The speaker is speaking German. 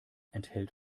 enthält